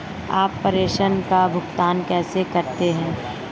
आप प्रेषण का भुगतान कैसे करते हैं?